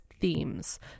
themes